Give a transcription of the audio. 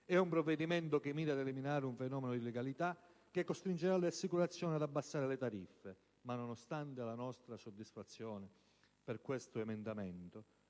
È un provvedimento che mira ad eliminare un fenomeno di illegalità, che costringerà le assicurazioni ad abbassare le tariffe. Tuttavia, nonostante la nostra soddisfazione per questo emendamento,